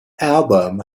album